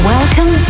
Welcome